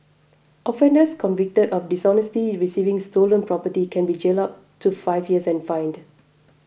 offenders convicted of dishonestly receiving stolen property can be jailed up to five years and fined